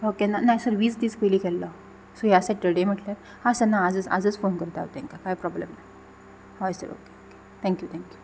okay ना ना sir वीस दीस पयलीं केल्लो सो ह्या सॅटर्डे म्हटल्यार हा सर ना आजच आजच फोन करता हांव तांकां कांय प्रॉब्लम ना हय sir okay okay thank you thank you